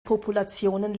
populationen